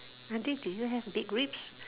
auntie do you have big ribs